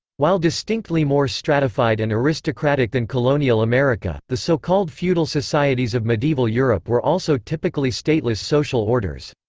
while distinctly more stratified and aristocratic than colonial america, the so-called feudal societies of medieval europe were also typically stateless social orders.